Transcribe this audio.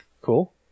Cool